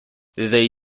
they